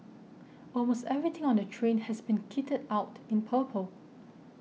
almost everything on the train has been kitted out in purple